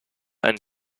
and